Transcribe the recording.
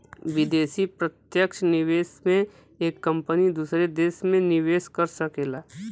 विदेशी प्रत्यक्ष निवेश में एक कंपनी दूसर देस में निवेस कर सकला